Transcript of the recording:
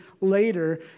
later